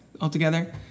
altogether